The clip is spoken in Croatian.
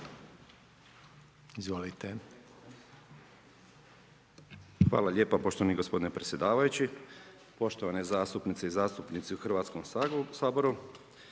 Zdravko** Hvala lijepa poštovani gospodine predsjedavajući. Poštovane zastupnice i zastupnici u Hrvatskom saboru.